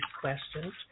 questions